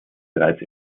bereits